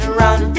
run